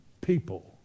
people